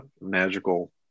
magical